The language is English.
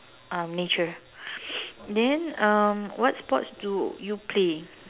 um nature then um what sports do you play